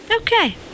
Okay